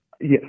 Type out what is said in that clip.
Yes